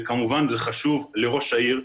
וכמובן זה חשוב לראש העיר,